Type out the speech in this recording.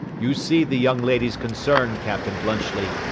you see the young lady's concern, captain bluntschli.